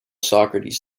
socrates